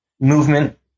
movement